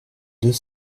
deux